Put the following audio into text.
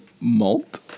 malt